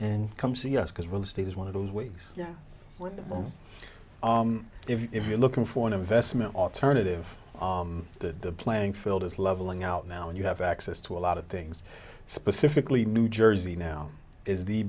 and come see us because real estate is one of those ways if you're looking for an investment alternative that the playing field is leveling out now and you have access to a lot of things specifically new jersey now is the